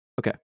Okay